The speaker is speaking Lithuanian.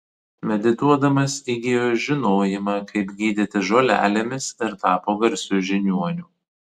medituodamas įgijo žinojimą kaip gydyti žolelėmis ir tapo garsiu žiniuoniu